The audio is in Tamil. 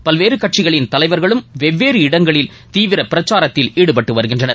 பல்வேறு கட்சிகளின் தலைவர்களும் வெவ்வேறு இடங்களில் தீவிர பிரச்சாரத்தில் ஈடுபட்டு வருகின்றனர்